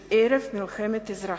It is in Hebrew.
של ערב מלחמת אזרחים.